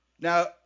now